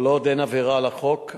כל עוד אין עבירה על החוק,